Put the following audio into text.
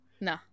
No